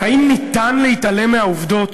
האם ניתן להתעלם מהעובדות?